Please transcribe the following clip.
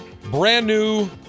brand-new